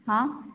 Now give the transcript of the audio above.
ହଁ